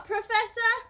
Professor